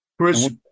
Chris